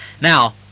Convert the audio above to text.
Now